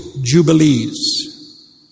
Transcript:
jubilees